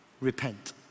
repent